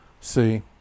see